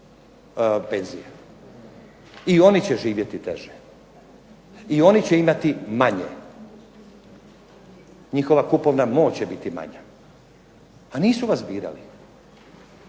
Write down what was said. penzije, i oni će živjeti teže, i oni će imati manje, njihova kupovna moć će biti manja. A nisu vas birali,